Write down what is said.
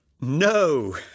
No